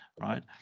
right